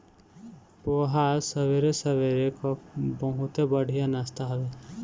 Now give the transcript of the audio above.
पोहा सबेरे सबेरे कअ बहुते बढ़िया नाश्ता हवे